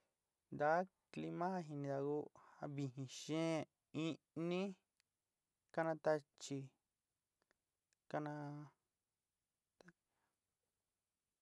Ntaá clima ja jinidá ku:ja vijín xeén. ni'iní, kana táchi, kaná.